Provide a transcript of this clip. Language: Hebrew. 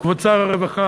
כבוד שר הרווחה,